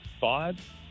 five